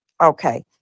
Okay